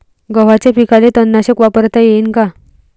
गव्हाच्या पिकाले तननाशक वापरता येईन का?